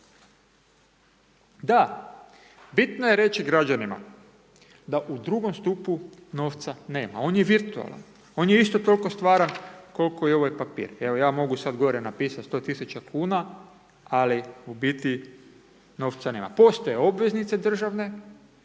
Da, bitno je reći građanima da u drugom stupu novca nema, on je virtualan, on je isto toliko stvaran koliko i ovaj papir, evo ja mogu sad gore napisati 100 tisuća kuna, ali u biti novca nema. Postoje obveznice državne,